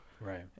Right